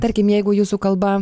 tarkim jeigu jūsų kalba